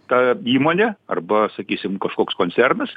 ta įmonė arba sakysime kažkoks koncernas